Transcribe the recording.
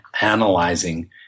analyzing